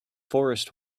forest